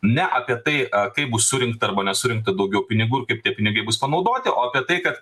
ne apie tai kaip bus surinkta arba nesurinkta daugiau pinigų ir kaip tie pinigai bus panaudoti o apie tai kad